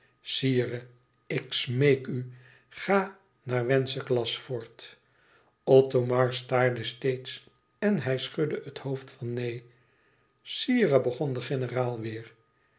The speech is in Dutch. sire ik smeek u ga naar wenceslasfort othomar staarde steeds en hij schudde het hoofd van neen sire begon de generaal weêr